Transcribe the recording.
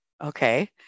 Okay